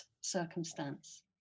circumstance